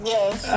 Yes